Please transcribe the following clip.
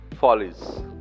follies